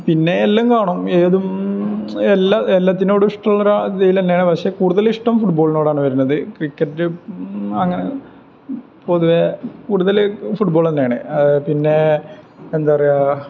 പിന്നെ എല്ലാ കാണും ഏതും എല്ലാത്തിനോടും ഇഷ്ടമുള്ളൊരു ഇതീലന്നെയാണ് പക്ഷെ കൂടുതൽ ഇഷ്ടം ഫുട്ബോളിനോടാണ് വരുന്നത് ക്രിക്കറ്റ് അങ്ങനെ പൊതുവെ കൂടുതൽ ഫുട്ബോളെന്നെയാണ് പിന്നെ എന്താണു പറയുക